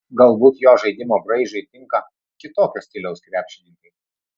galbūt jo žaidimo braižui tinka kitokio stiliaus krepšininkai